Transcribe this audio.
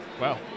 Wow